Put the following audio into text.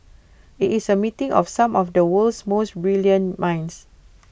IT is A meeting of some of the world's most brilliant minds